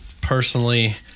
personally